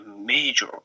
major